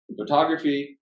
photography